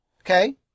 Okay